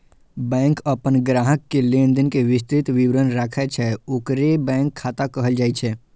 bank अपन ग्राहक के लेनदेन के विस्तृत विवरण राखै छै, ओकरे बैंक खाता कहल जाइ छै